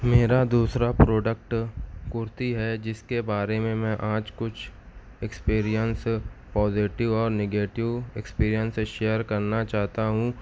میرا دوسرا پروڈکٹ کُرتی ہے جس کے بارے میں میں آج کچھ ایکسپریئنس پوزیٹیو اور نگیٹیو ایکسپریئنس شیئر کرنا چاہتا ہوں